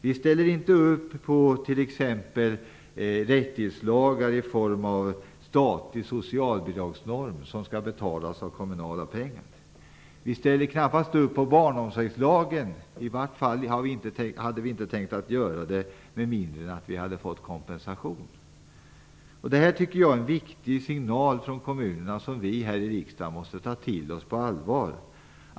Vi ställer inte upp på t.ex. rättighetslagar i form av statlig socialbidragsnorm, som skall betalas med kommunala pengar. Vi ställer knappast upp på barnomsorgslagen; i vart fall hade vi inte tänkt göra det med mindre än att vi får kompensation. Det här tycker jag är en viktig signal från kommunerna som vi här i riksdagen måste ta till oss på allvar.